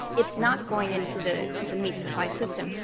it's not going into the the meat supply system.